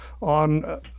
on